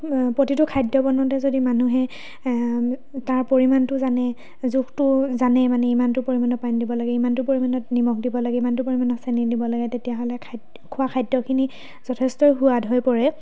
প্ৰতিটো খাদ্য বনাওঁতে যদি মানুহে তাৰ পৰিমাণটো জানে জোখটো জানে মানে ইমানটো পৰিমাণৰ পানী দিব লাগে ইমানটো পৰিমাণত নিমখ দিব লাগে ইমানটো পৰিমাণৰ চেনি দিব লাগে তেতিয়াহ'লে খাদ্য খোৱা খাদ্যখিনি যথেষ্টই সোৱাদ হৈ পৰে